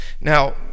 Now